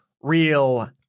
real